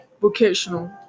vocational